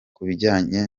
kubijyanye